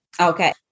Okay